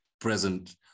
present